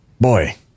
boy